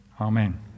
Amen